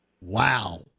Wow